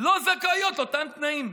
לא זכאיות לאותם תנאים.